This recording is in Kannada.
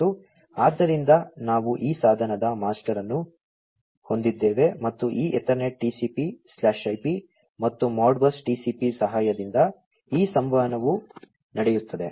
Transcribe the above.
ಮತ್ತು ಆದ್ದರಿಂದ ನಾವು ಈ ಸಾಧನದ ಮಾಸ್ಟರ್ ಅನ್ನು ಹೊಂದಿದ್ದೇವೆ ಮತ್ತು ಈ ಎತರ್ನೆಟ್ TCPIP ಮತ್ತು Modbus TCP ಸಹಾಯದಿಂದ ಈ ಸಂವಹನವು ನಡೆಯುತ್ತದೆ